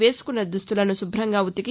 వేసుకున్న దుస్తులను శుభంగా ఉతికి